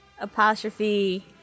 apostrophe